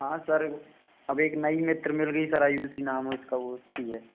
हाँ सर अब एक नई मित्र मिल गई सर आयुषी नाम है उसका वो अच्छी है